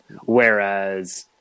whereas